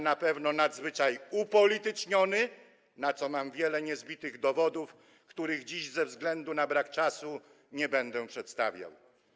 Na pewno jest nadzwyczaj upolityczniony, na co mam wiele niezbitych dowodów, których dziś ze względu na brak czasu nie będę przedstawiał.